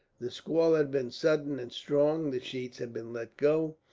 the squall had been sudden and strong. the sheets had been let go,